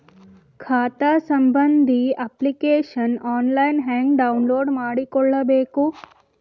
ಖಾತಾ ಸಂಬಂಧಿ application online ಹೆಂಗ್ ಡೌನ್ಲೋಡ್ ಮಾಡಿಕೊಳ್ಳಬೇಕು?